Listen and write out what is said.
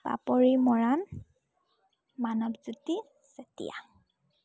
Papori Moran Manabjyoti Chetia